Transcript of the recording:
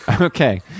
okay